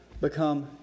become